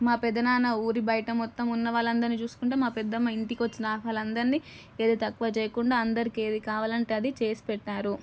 మా పెదనాన్న ఊరి బయట మొత్తం ఉన్న వాళ్ళందరినీ చూసుకుంటే మా పెద్దమ్మ ఇంటికి వచ్చిన ఆహ్వానితులు అందరినీ ఏదీ తక్కువ చేయకుండా అందరికీ ఏది కావాలంటే అది చేసి పెట్టారు